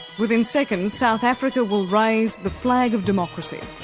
within seconds, south africa will raise the flag of democracy.